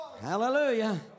Hallelujah